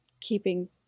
keeping